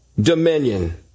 Dominion